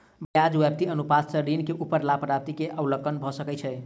ब्याज व्याप्ति अनुपात सॅ ऋण के ऊपर लाभ प्राप्ति के आंकलन भ सकै छै